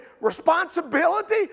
responsibility